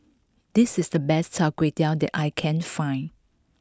this is the best Char Kway Teow that I can find